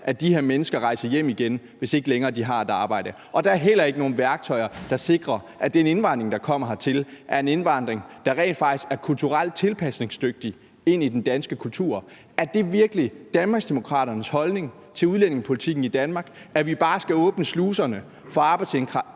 at de her mennesker rejser hjem igen, hvis de ikke længere har et arbejde. Det er heller ikke nogen værktøjer, der sikrer, at den indvandring, der kommer hertil, er en indvandring, der rent faktisk er kulturelt tilpasningsdygtig i forhold til den danske kultur. Er det virkelig Danmarksdemokraternes holdning til udlændingepolitikken i Danmark, at vi bare skal åbne sluserne for